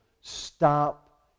stop